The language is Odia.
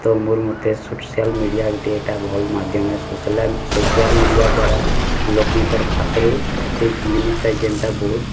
ତ ମୋର୍ ମୋତେ ସୋସିଆଲ୍ ମିଡ଼ିଆ ଗୁଟେ ଏଇଟା ଭଲ୍ ମାଧ୍ୟମ ହେ ସୋସିଆଲ୍ ମିଡ଼ିଆ ଦ୍ଵାରା ଲୋକଙ୍କର୍ ପାଖରୁ ଗୁଟେ ଜିନିଷ୍ ଟା ଯେନ୍ତା ବହୁତ